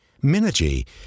Minergy